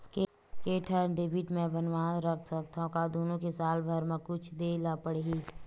के ठन डेबिट मैं बनवा रख सकथव? का दुनो के साल भर मा कुछ दे ला पड़ही?